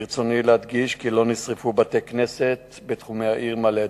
ברצוני להדגיש כי לא נשרפו בתי-כנסת בתחומי העיר מעלה-אדומים,